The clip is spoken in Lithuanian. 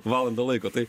valandą laiko tai